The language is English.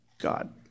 God